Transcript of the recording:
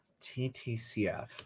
TTCF